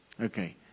Okay